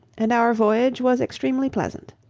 and our voyage was extremely pleasant.